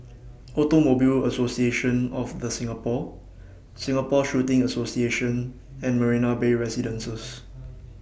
Automobile Association of The Singapore Singapore Shooting Association and Marina Bay Residences